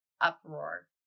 uproar